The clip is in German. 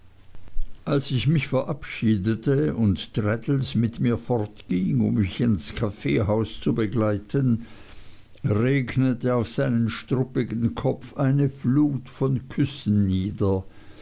als ich mich verabschiedete und traddles mit mir fortging um mich ins kaffeehaus zu begleiten regnete auf seinen struppigen kopf eine flut von küssen nieder